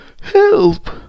help